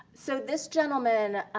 so this gentleman